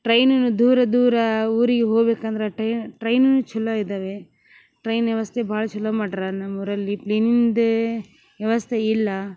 ಟ್ರೈನುನು ದೂರ ದೂರಾ ಊರಿಗೆ ಹೋಗ್ಬೇಕಂದ್ರೆ ಟೇ ಟ್ರೈನುನು ಛಲೋ ಇದ್ದವೆ ಟ್ರೈನ್ ವ್ಯವಸ್ಥೆ ಭಾಳ ಛಲೋ ಮಾಡ್ರ ನಮ್ಮೂರಲ್ಲಿ ಕ್ಲಿನಿಂದೇ ವ್ಯವಸ್ಥೆ ಇಲ್ಲ